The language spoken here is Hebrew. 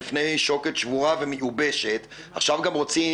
בפני שוקת שבורה ומיובשת עכשיו גם רוצים